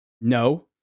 No